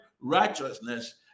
righteousness